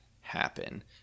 happen